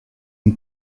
une